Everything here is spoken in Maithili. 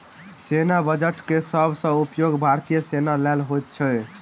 सेना बजट के सब सॅ उपयोग भारतीय सेना लेल होइत अछि